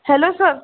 hello sir